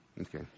okay